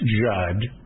Judd